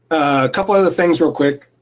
a couple of other things real quick.